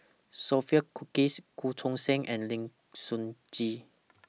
Sophia Cookies Goh Choo San and Lim Sun Gee